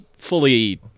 fully